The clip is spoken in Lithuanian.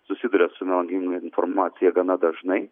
susiduria su melaginga informacija gana dažnai